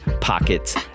pockets